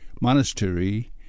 monastery